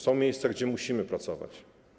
Są miejsca, gdzie musimy pracować.